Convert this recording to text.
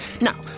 Now